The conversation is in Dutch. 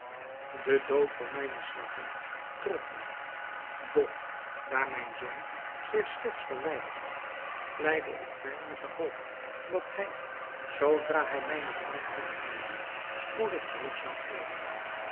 de dood van mijne slavin trof mij doch daar mijn zoon zich slechts verwijderd had vleide ik mij met de hoop dat hij zoodra hij mijne terugkomst vernam spoedig terug zou keeren